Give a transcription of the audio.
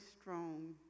strong